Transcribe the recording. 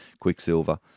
Quicksilver